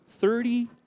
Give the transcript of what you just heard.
Thirty